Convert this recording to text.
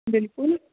بِلکُل